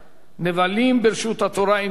נבלים ברשות התורה, אם תרצו.